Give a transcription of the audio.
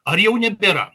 ar jau nebėra